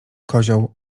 kozioł